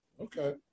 okay